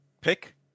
pick